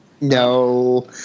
No